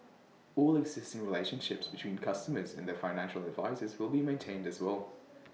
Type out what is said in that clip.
all existing relationships between customers and their financial advisers will be maintained as well